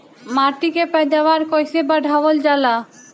माटी के पैदावार कईसे बढ़ावल जाला?